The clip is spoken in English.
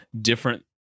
different